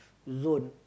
zone